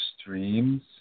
streams